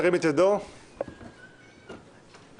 מי נגד?